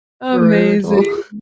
Amazing